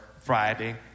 Friday